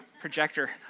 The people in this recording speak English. projector